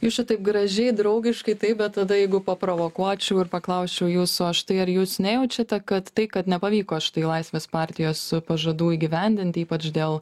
jūs čia taip gražiai draugiškai taip bet tada jeigu paprovokuočiau ir paklausčiau jūsų o štai ar jūs nejaučiate kad tai kad nepavyko štai laisvės partijos pažadų įgyvendinti ypač dėl